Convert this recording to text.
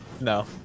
No